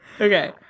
Okay